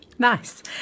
Nice